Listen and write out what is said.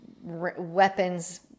weapons